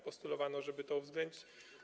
Postulowano, żeby to uwzględnić.